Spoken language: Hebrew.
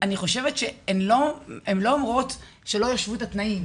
חושבת שהן לא אומרות שלא השוו את התנאים.